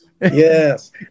Yes